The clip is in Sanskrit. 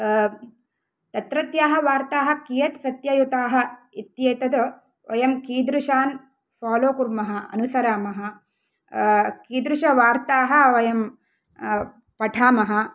तत्रत्याः वार्ताः कियत् सत्ययुताः इत्येतत् वयं कीदृशान् फ़ालो कुर्मः अनुसरामः कीदृशवार्ताः वयं पठामः